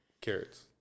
carrots